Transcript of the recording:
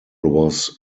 was